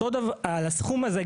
על הסכום הזה,